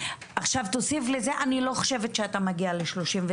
עכשיו תוסיף לזה, אני לא חושבת שאתה מגיע ל-39,